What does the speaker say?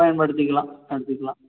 பயன்படுத்திக்கலாம் எடுத்துக்கலாம்